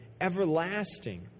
everlasting